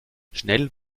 schnell